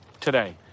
today